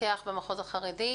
מפקח במחוז החרדי,